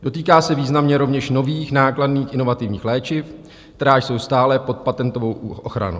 Dotýká se významně rovněž nových nákladných inovativních léčiv, která jsou stále pod patentovou ochranou.